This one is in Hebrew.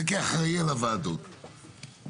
וכאחראי על הוועדות,